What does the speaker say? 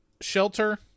shelter